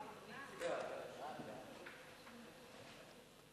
ההצעה להעביר את הנושא לוועדת הפנים והגנת הסביבה נתקבלה.